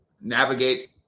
navigate